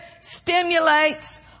stimulates